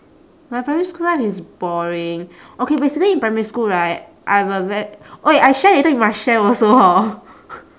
my primary school life is boring okay basically in primary school right I'm a ve~ !oi! I share later you must share also hor